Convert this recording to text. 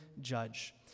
judge